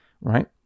right